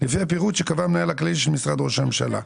לפי הפירוט שקבע המנהל הכללי של משרד ראש הממשלה.